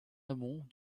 amont